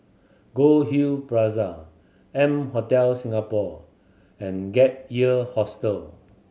Goldhill Plaza M Hotel Singapore and Gap Year Hostel